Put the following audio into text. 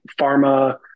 pharma